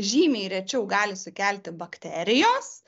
žymiai rečiau gali sukelti bakterijos